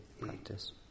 practice